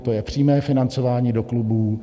To je přímé financování do klubů.